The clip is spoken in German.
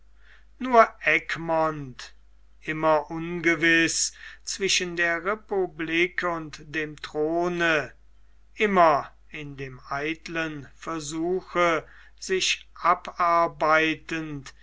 nur egmont immer ungewiß zwischen der republik und dem throne immer in dem eiteln versuche sich abarbeitend